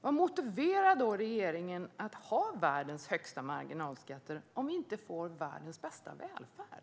Vad motiverar då regeringen att ha världens högsta marginalskatter om vi inte får världens bästa välfärd?